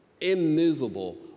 immovable